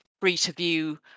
free-to-view